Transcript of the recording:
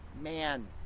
man